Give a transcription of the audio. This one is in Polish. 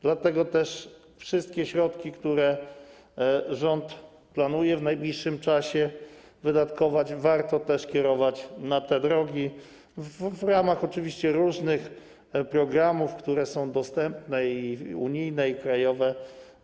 Dlatego też wszystkie środki, które rząd planuje w najbliższym czasie wydatkować, warto kierować na drogi w ramach oczywiście różnych programów, które są dostępne, i unijnych, i krajowych.